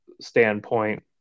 standpoint